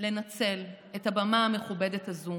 לנצל את הבמה המכובדת הזאת